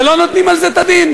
ולא נותנים על זה את הדין.